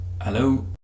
Hello